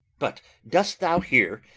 but dost thou hear?